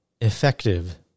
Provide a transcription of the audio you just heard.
Effective